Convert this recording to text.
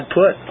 put